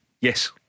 Yes